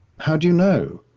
how do you know?